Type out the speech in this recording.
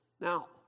Now